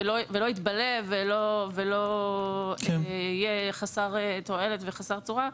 לא יתבלה ולא יהיה חסר תועלת וחסר צורה,